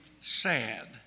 sad